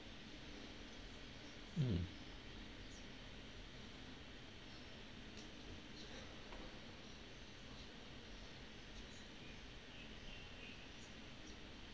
mm